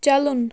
چلُن